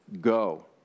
go